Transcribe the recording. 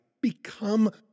become